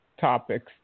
topics